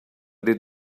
did